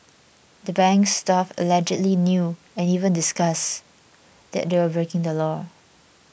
the bank's staff allegedly knew and even discussed that they were breaking the law